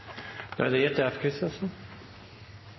Da er det